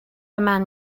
man